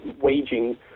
waging